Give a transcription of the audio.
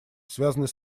связанные